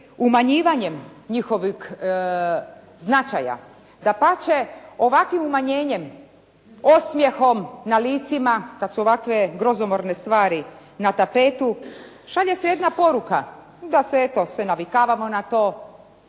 umanjivanjem njihovog značaja. Dapače ovakvim umanjenjem osmjehom na licima kada su ovakve grozomorne stvari na tapetu, šalje se jedna poruka, da se eto navikavamo na to,